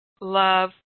love